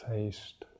taste